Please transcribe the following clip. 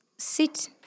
sit